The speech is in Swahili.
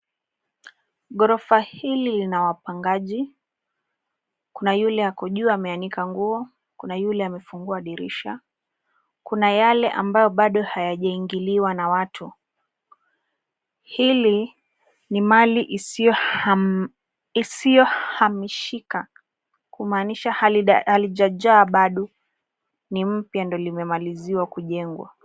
Ghorofa hili lina wapangaji, kuna yule ako juu ameanika nguo, kuna yule amefungua dirisha, kuna yale ambayo bado hayajaingiliwa na watu. Hili ni Mali isiyohamishika kumaanisha halijajaa bado. Ni mpya ndio limemaliziwa kujengwa.